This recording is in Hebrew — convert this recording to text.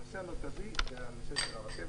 הנושא המרכזי הוא הנושא של הרכבת,